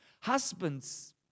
Husbands